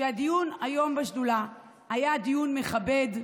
שהדיון היום בשדולה היה דיון מכבד,